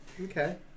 Okay